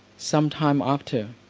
some time after,